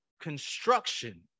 construction